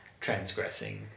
transgressing